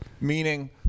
Meaning